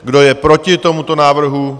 Kdo je proti tomuto návrhu?